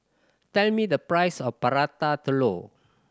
tell me the price of Prata Telur